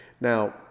Now